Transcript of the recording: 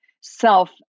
self